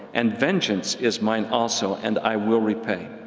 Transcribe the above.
and vengeance is mine also, and i will repay.